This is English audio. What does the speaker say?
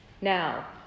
Now